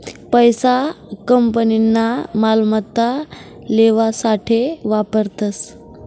पैसा कंपनीना मालमत्ता लेवासाठे वापरतस